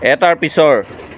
এটাৰ পিছৰ